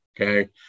okay